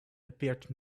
appeared